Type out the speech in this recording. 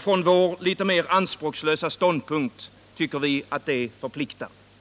Från vår litet mer anspråkslösa ståndpunkt tycker vi att det förpliktar.